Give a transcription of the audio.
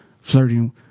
Flirting